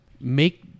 make